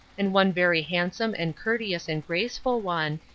and one very handsome and courteous and graceful one,